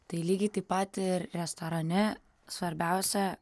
tai lygiai taip pat ir restorane svarbiausia